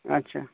আচ্ছা